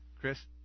Chris